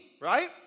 right